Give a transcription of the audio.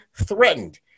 threatened